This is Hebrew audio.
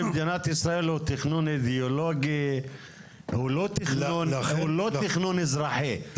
הוא לא תכנון אזרחי,